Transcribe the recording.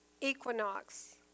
equinox